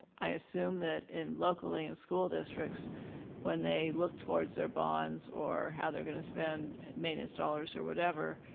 i assume that in locally in school districts when they look towards their bonds or how they're going to spend maintenance dollars or whatever,